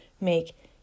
make